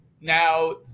Now